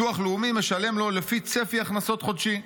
ביטוח לאומי משלם לו לפי צפי הכנסות חודשי.